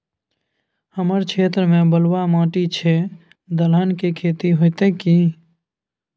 हमर क्षेत्र में बलुआ माटी छै, दलहन के खेती होतै कि?